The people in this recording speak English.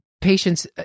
patients